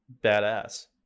badass